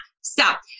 stop